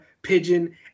Pigeon